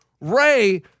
Ray